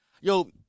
Yo